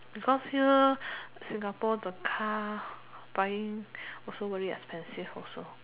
because here Singapore the car buying also very expensive also